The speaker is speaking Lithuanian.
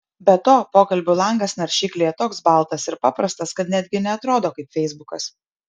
be to pokalbių langas naršyklėje toks baltas ir paprastas kad netgi neatrodo kaip feisbukas